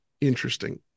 Interesting